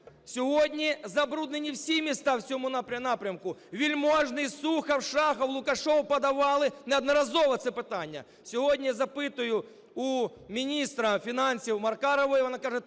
Сьогодні забруднені всі міста в цьому напрямку. Вельможний, Сухов, Шахов, Лукашов подавали неодноразово це питання. Сьогодні запитую у міністра фінансів Маркарової. Вона каже: